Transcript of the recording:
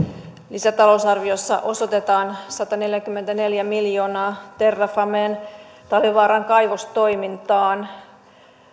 lisätalousarviossa osoitetaan sataneljäkymmentäneljä miljoonaa terrafameen talvivaaran kaivostoimintaan